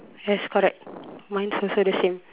yes correct mine's also the same